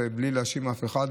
בלי להאשים אף אחד,